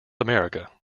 america